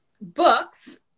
books